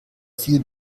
viel